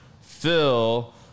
Phil